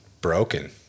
broken